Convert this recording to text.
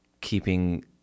keeping